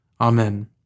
Amen